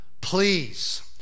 please